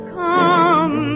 come